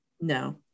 No